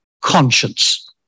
conscience